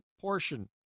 portion